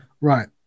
Right